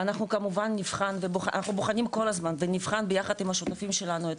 אנחנו כמובן בוחנים כל הזמן ונבחן ביחד עם השותפים שלנו את